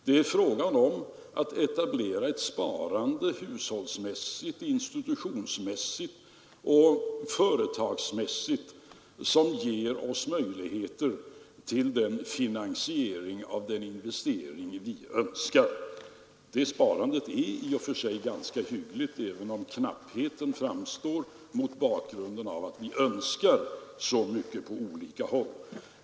Det är fråga om att etablera ett sparande — hushållsmässigt, institutionsmässigt och företagsmässigt — som ger oss möjligheter till finansiering av den investering vi önskar. Det sparandet är i och för sig ganska hyggligt, även om knappheten framstår mot bakgrunden av att vi önskar så mycket på olika håll.